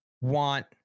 want